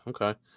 Okay